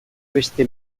beste